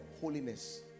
holiness